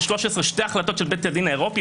שתי החלטות של בית הדין הדין האירופי,